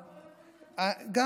גם,